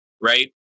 right